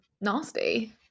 nasty